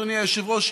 אדוני היושב-ראש,